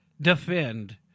defend